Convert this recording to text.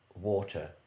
water